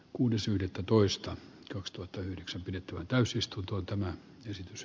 kuudes yhdettätoista kaksituhattayhdeksän pidettävään täysistuntoon tämä esitys